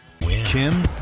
Kim